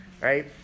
right